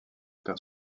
perd